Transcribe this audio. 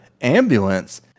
ambulance